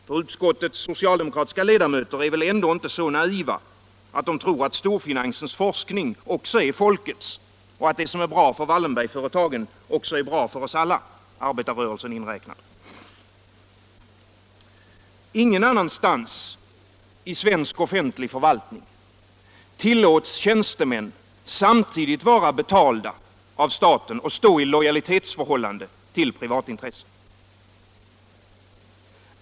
— För utskottets socialdemokratiska ledamöter är väl ändå inte så naiva, att de tror att storfinansens forskning också är folkets och att det som är bra för Wallenbergsföretagen är bra för oss alla, arbetarrörelsen inräknad? Ingen annanstans i svensk offentlig förvaltning tillåts tjänstemän samtidigt vara betalda av staten och stå i lojalitetsförhållande till privatintressen.